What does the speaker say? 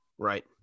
Right